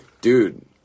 Dude